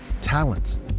talents